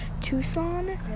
Tucson